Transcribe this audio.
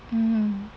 mm